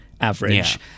average